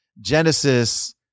Genesis